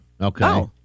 Okay